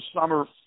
summer